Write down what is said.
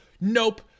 nope